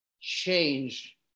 change